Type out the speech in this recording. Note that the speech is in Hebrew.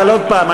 אבל עוד פעם,